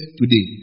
today